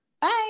Bye